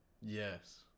Yes